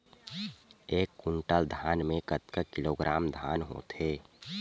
एक कुंटल धान में कतका किलोग्राम धान होथे?